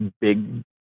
big